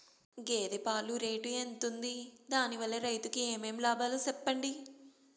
గేదె పాలు రేటు ఎంత వుంది? దాని వల్ల రైతుకు ఏమేం లాభాలు సెప్పండి?